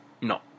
No